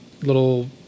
little